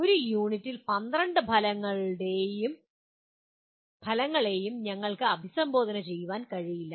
ഒരു യൂണിറ്റിൽ 12 ഫലങ്ങളെയും ഞങ്ങൾക്ക് അഭിസംബോധന ചെയ്യാൻ കഴിയില്ല